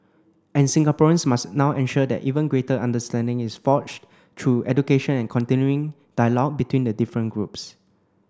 and Singaporeans must now ensure that even greater understanding is forged through education and continuing dialogue between the different groups